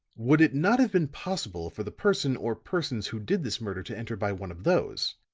would it not have been possible for the person or persons who did this murder to enter by one of those?